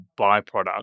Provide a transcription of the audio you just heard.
byproduct